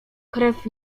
krew